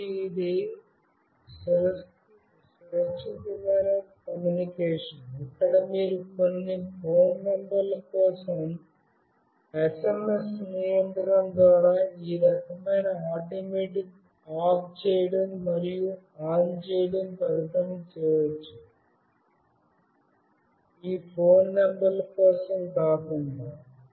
కాబట్టి ఇది సురక్షితమైన కమ్యూనికేషన్ ఇక్కడ మీరు కొన్ని ఫోన్ నంబర్ల కోసం SMS నియంత్రణ ద్వారా ఈ రకమైన ఆటోమేటిక్ ఆఫ్ చేయడం మరియు ఆన్ చేయడం పరిమితం చేయవచ్చు ఏ ఫోన్ నంబర్ల కోసం కాకుండా